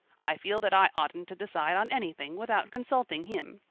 i feel that i oughtn't to decide on anything without consulting him.